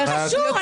מה קשור?